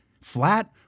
flat